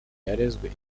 yarezwe